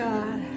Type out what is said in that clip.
God